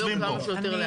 ולא כמה שיותר לאט.